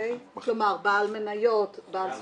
כלומר בעל מניות, בעל